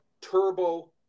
turbo